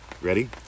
Ready